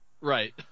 Right